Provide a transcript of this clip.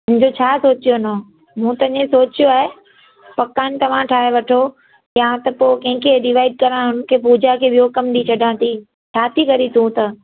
हुनजो छा सोचियो नो मूं त ईएं सोचियो आहे पकवान तव्हां ठाहे वठो या त पोइ कंहिंखे डिवाइड करियां की पूजा खे ॿियो कमु ॾेई छ्ॾियां थी छा थी करें तूं त